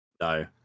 No